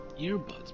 earbuds